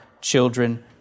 children